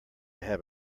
have